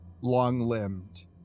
long-limbed